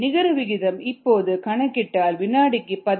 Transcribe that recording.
நிகர வீதம் இப்போது கணக்கிட்டால் வினாடிக்கு 15